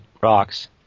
rocks